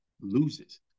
loses